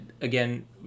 again